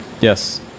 Yes